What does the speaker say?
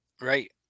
Right